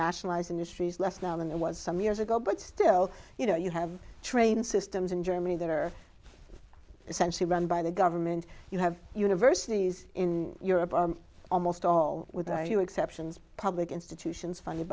nationalized industries less now than it was some years ago but still you know you have train systems in germany that are essentially run by the government you have universities in europe almost all with you exceptions public institutions funded